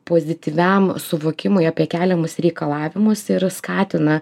pozityviam suvokimui apie keliamus reikalavimus ir skatina